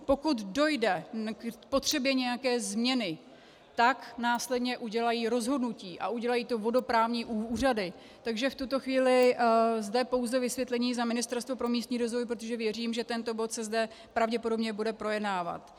Pokud dojde k potřebě nějaké změny, tak následně udělají rozhodnutí, a udělají to vodoprávní úřady, takže v tuto chvíli zde pouze vysvětlení za Ministerstvo pro místní rozvoj, protože věřím, že tento bod se zde pravděpodobně bude projednávat.